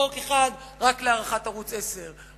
חוק אחד רק להארכת זיכיון ערוץ-10,